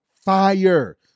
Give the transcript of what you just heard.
fire